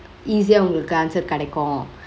easy யா உங்களுக்கு:yaa ungkaluku answer கடைக்கோ:kadaiko